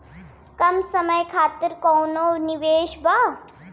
कम समय खातिर कौनो निवेश बा?